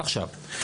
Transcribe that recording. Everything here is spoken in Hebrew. עכשיו,